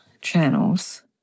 channels